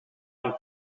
een